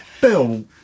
Bill